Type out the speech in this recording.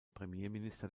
premierminister